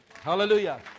Hallelujah